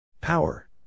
Power